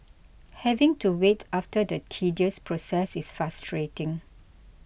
having to wait after the tedious process is frustrating